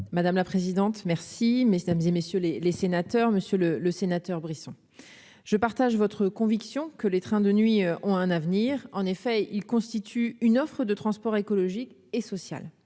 madame la présidente, merci messieurs dames et messieurs les les sénateurs, monsieur le le sénateur Brisson je partage votre conviction que les trains de nuit, on a un avenir, en effet, il constitue une offre de transport écologique et sociale